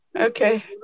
Okay